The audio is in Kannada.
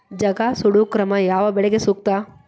ಜಗಾ ಸುಡು ಕ್ರಮ ಯಾವ ಬೆಳಿಗೆ ಸೂಕ್ತ?